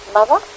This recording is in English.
mother